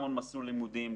גם על מסלול לימודים,